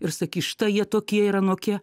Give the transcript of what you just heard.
ir sakys štai jie tokie ir anokie